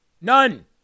None